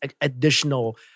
additional